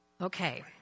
Okay